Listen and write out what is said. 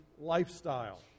lifestyle